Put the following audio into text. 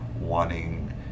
wanting